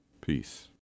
peace